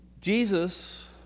Jesus